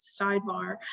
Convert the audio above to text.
sidebar